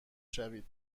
شوید